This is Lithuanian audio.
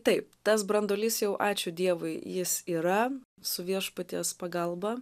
taip tas branduolys jau ačiū dievui jis yra su viešpaties pagalba